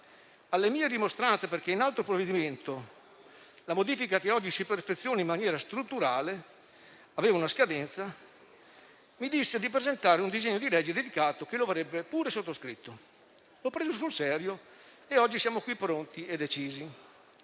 alle mie rimostranze perché in altro provvedimento la modifica che oggi si perfeziona in maniera strutturale aveva una scadenza, mi disse di presentare un disegno di legge dedicato e che lo avrebbe sottoscritto. L'ho preso sul serio e oggi siamo qui pronti e decisi.